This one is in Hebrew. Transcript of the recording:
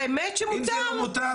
האמת שמותר.